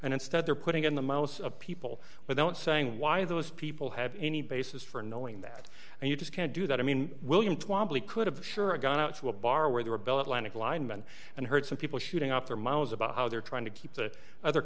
and instead they're putting in the most people with don't saying why those people have any basis for knowing that and you just can't do that i mean williams wildly could have sure i got out to a bar where they were bell atlantic linemen and heard some people shooting up their mouths about how they're trying to keep the other